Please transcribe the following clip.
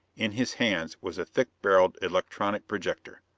in his hands was a thick-barreled electronic projector.